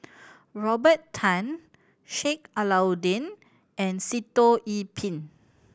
Robert Tan Sheik Alau'ddin and Sitoh Yih Pin